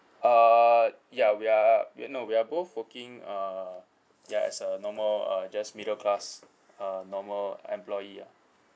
uh ya we are you know we are both working uh ya as a normal uh just middle class uh normal employee ah